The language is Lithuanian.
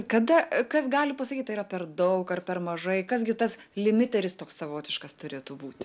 kada kas gali pasakyt tai yra per daug ar per mažai kas gi tas limiteris toks savotiškas turėtų būti